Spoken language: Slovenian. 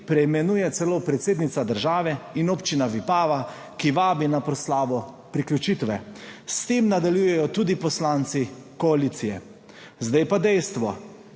preimenuje celo predsednica države in občina Vipava, ki vabi na proslavo priključitve. S tem nadaljujejo tudi poslanci koalicije. Zdaj pa dejstvo.